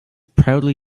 proudly